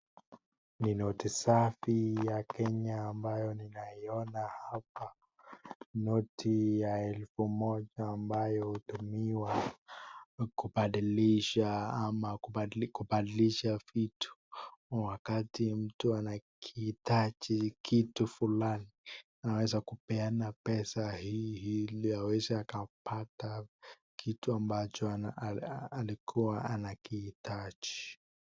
Ni noti safi ya ambayo ninaiona hapa. Noti ya elfu moja ambayo hutumiwa kubadilisha ama kubadilisha vitu wakati mtu anakiitaji kitu fulani anaweza kupeana pesa hii ili aweze akapata kitu ambacho alikuwa anakiitaji.